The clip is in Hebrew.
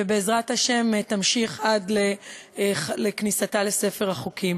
ובעזרת השם תמשיך עד לכניסתה לספר החוקים.